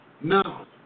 No